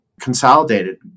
consolidated